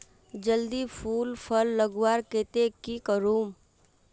जल्दी फूल फल लगवार केते की करूम?